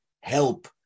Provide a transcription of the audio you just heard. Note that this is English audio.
help